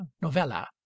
Novella